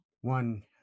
one